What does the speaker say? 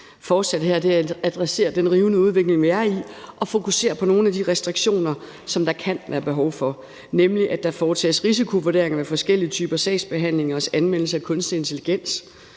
Forslaget her adresserer den rivende udvikling, vi er i, og fokuserer på nogle af de restriktioner, som der kan være behov for, nemlig at der foretages risikovurderinger ved forskellige typer sagsbehandlingers anvendelse af kunstig intelligens,